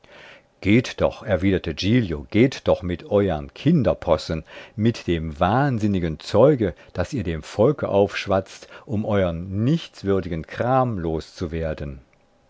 geht doch erwiderte giglio geht doch mit euern kinderpossen mit dem wahnsinnigen zeuge das ihr dem volke aufschwatzt um euren nichtswürdigen kram los zu werden